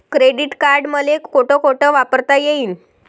Credit card मले कोठ कोठ वापरता येईन?